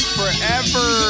forever